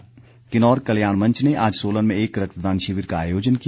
रक्तदान किन्नौर कल्याण मंच ने आज सोलन में एक रक्तदान शिविर का आयोजन किया